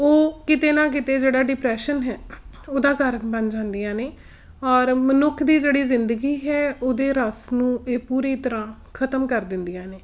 ਉਹ ਕਿਤੇ ਨਾ ਕਿਤੇ ਜਿਹੜਾ ਡਿਪਰੈਸ਼ਨ ਹੈ ਉਹਦਾ ਕਾਰਨ ਬਣ ਜਾਂਦੀਆਂ ਨੇ ਔਰ ਮਨੁੱਖ ਦੀ ਜਿਹੜੀ ਜ਼ਿੰਦਗੀ ਹੈ ਉਹਦੇ ਰਸ ਨੂੰ ਇਹ ਪੂਰੀ ਤਰ੍ਹਾਂ ਖ਼ਤਮ ਕਰ ਦਿੰਦੀਆਂ ਨੇ